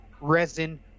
resin